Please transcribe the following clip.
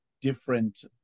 different